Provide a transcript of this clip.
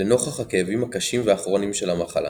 - לנוכח הכאבים הקשים והכרוניים של המחלה